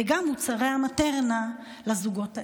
וגם מוצרי המטרנה לזוגות האלה.